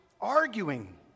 arguing